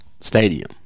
Stadium